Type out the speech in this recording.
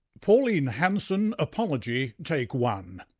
pauline hanson apology, take one.